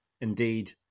indeed